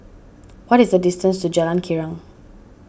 what is the distance to Jalan Girang